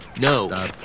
No